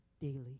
daily